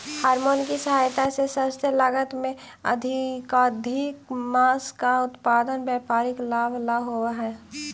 hormone की सहायता से सस्ते लागत में अधिकाधिक माँस का उत्पादन व्यापारिक लाभ ला होवअ हई